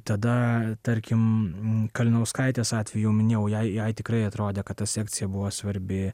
tada tarkim kalinauskaitės atveju jau minėjau jai tikrai atrodė kad ta sekcija buvo svarbi